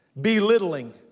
belittling